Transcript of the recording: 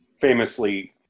Famously